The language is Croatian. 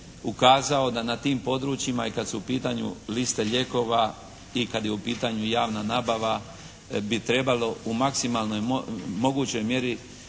ukazao da na tim područjima i kad su u pitanju liste lijekova i kad je u pitanju javna nabava, bi trebalo u maksimalnoj mogućoj mjeri